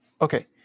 Okay